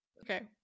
Okay